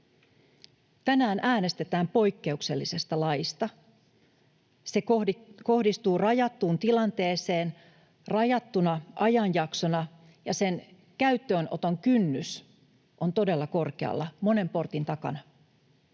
Tänään äänestetään poikkeuksellisesta laista. Se kohdistuu rajattuun tilanteeseen rajattuna ajanjaksona, ja sen käyttöönoton kynnys on todella korkealla, monen portin takana.